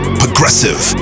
progressive